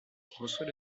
reçoit